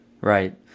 Right